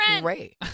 great